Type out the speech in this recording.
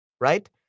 Right